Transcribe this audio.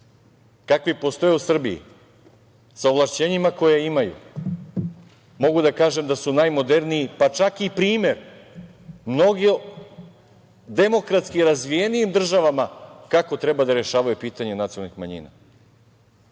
kakvi postoje u Srbiji, sa ovlašćenima koja imaju mogu da kažem da su najmoderniji, pa čak i primer mnogim demokratski razvijenijim državama kako treba da rešavaju pitanje nacionalnih manjina. Isto